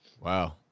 Wow